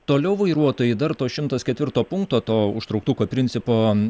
toliau vairuotojai dar to šimtas ketvirto punkto to užtrauktuko principo